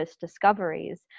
discoveries